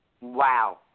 Wow